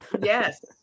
Yes